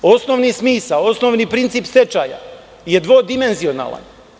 Osnovni smisao, osnovni princip stečaja je dvodimenzionalan.